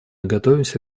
готовимся